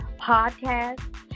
podcast